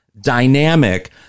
dynamic